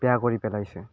বেয়া কৰি পেলাইছে